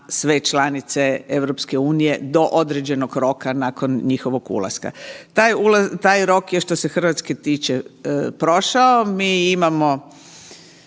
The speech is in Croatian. sve članice EU do određenog roka nakon njihovog ulaska. Taj rok je što se Hrvatske tiče prošao, mi imamo